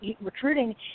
recruiting